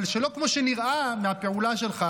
אבל שלא כמו שנראה מהפעולה שלך,